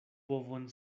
bovon